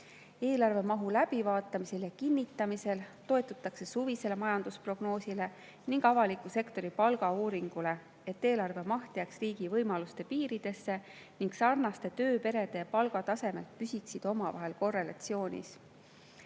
Eelarve mahu läbivaatamisel ja kinnitamisel toetutakse suvisele majandusprognoosile ning avaliku sektori palgauuringule, et eelarve maht jääks riigi võimaluste piiridesse ning sarnaste tööperede palgatasemed püsiksid omavahel korrelatsioonis.